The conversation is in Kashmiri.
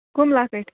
کٔم لۄکٕٹۍ